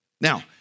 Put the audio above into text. Now